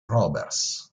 roberts